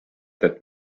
that